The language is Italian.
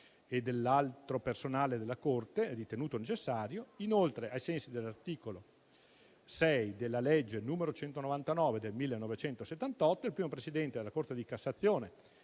e dell'altro personale della Corte ritenuto necessario; inoltre, ai sensi dell'articolo 6 della legge n. 199 del 1978 il primo Presidente della Corte di cassazione,